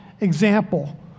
example